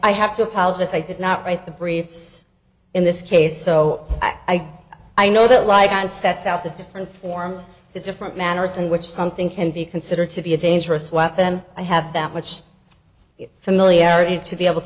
i have to apologise i did not write the briefs in this case so i don't i know that like and sets out the different forms it's different manners in which something can be considered to be a dangerous weapon i have that much familiarity to be able to